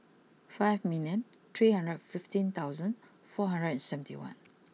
five million three hundred fifteen thousand four hundred and seventy one